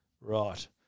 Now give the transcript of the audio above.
Right